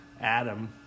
Adam